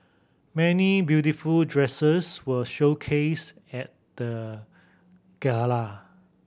many beautiful dresses were showcased at the gala